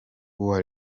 uwa